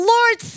Lord